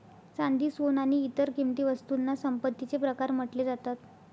चांदी, सोन आणि इतर किंमती वस्तूंना संपत्तीचे प्रकार म्हटले जातात